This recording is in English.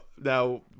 now